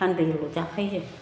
सानब्रैल' जाखायो जों